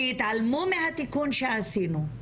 שיתעלמו מהתיקון שעשינו,